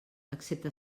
excepte